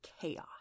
chaos